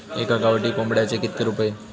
एका गावठी कोंबड्याचे कितके रुपये?